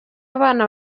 abana